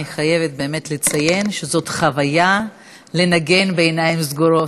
אני חייבת באמת לציין שזאת חוויה לנגן בעיניים סגורות.